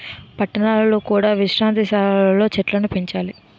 పట్టణాలలో కూడా విశ్రాంతి సాలలు లో చెట్టులను పెంచాలి